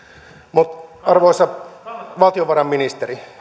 mutta arvoisa valtiovarainministeri